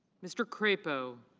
mr. crapo.